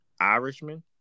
Irishman